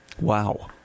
Wow